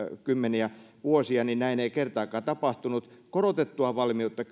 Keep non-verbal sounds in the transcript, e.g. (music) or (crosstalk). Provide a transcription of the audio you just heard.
kymmeniä vuosia näin ei kertaakaan tapahtunut korotettua valmiutta (unintelligible)